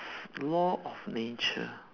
law of nature